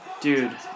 Dude